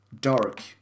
dark